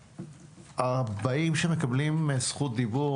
הבאים שמקבלים זכות דיבור,